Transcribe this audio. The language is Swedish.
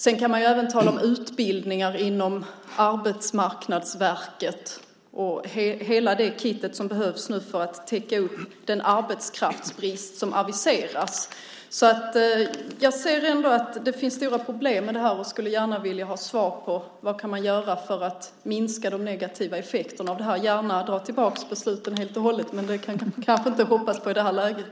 Sedan kan man även tala om utbildningar inom Arbetsmarknadsverkets ram och om hela det kit som nu behövs för att täcka upp inför den arbetskraftsbrist som aviseras. Jag ser alltså att det finns stora problem i sammanhanget och skulle gärna vilja ha svar på frågan om vad man kan göra för att minska de negativa effekterna här. Ni får gärna dra tillbaka besluten helt och hållet, men det kan vi kanske inte hoppas på i det här läget.